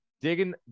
digging